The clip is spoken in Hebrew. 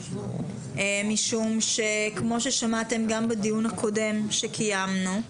משום שכמו ששמעתם גם בדיון הקודם שקיימנו,